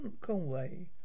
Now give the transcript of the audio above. Conway